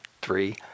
Three